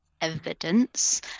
evidence